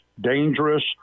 dangerous